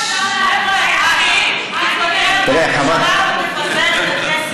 האם תתפטר מהממשלה ותפזר את הכנסת?